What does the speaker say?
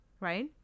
Right